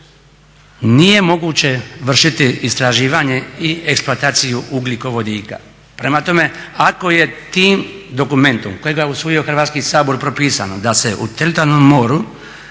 nije moguće vršiti istraživanje i eksploataciju ugljikovodika. Prema tome ako je tim dokumentom, kojega je usvojio Hrvatski sabor, propisano da se u teritorijalnom moru